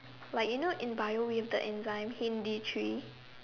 like you know in Bio we have the enzyme Hindi three